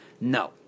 No